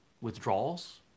Withdrawals